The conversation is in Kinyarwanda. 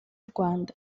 rwanda